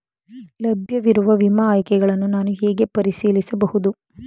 ಲಭ್ಯವಿರುವ ವಿಮಾ ಆಯ್ಕೆಗಳನ್ನು ನಾನು ಹೇಗೆ ಪರಿಶೀಲಿಸಬಹುದು?